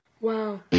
Wow